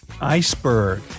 iceberg